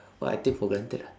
what I take for granted ah